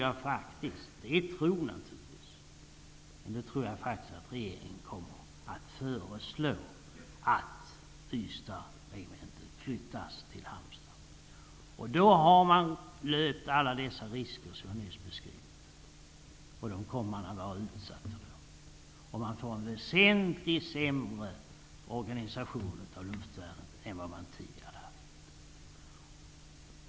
Jag tror faktiskt att regeringen kommer att föreslå att Ystads regemente flyttas till Halmstad. Då har man löpt alla dessa risker som jag nyss beskrivit. Dem kommer man att vara utsatt för då. Man får en väsentligt sämre organisation av luftvärnet än man tidigare har haft.